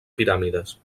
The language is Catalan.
piràmides